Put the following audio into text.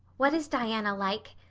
what is diana like?